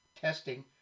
testing